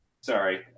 sorry